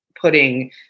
putting